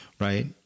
right